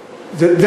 פופוליסטיים.